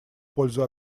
пользу